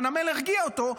חנמאל הרגיע אותו,